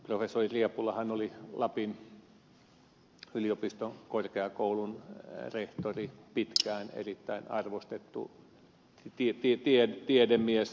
professori riepulahan oli lapin yliopiston korkeakoulun rehtori pitkään erittäin arvostettu tiedemies